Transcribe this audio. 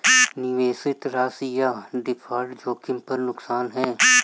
निवेशित राशि या डिफ़ॉल्ट जोखिम पर नुकसान है